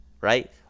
right